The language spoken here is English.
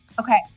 Okay